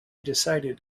decided